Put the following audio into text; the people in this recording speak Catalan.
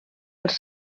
els